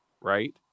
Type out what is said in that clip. right